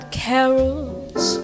carols